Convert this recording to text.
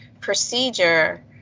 procedure